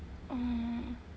oh